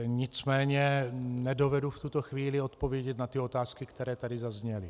Nicméně nedovedu v tuto chvíli odpovědět na otázky, které tady zazněly.